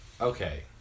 Okay